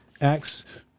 Acts